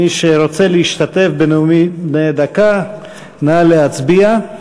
מי שרוצה להשתתף בנאומים בני דקה נא להצביע.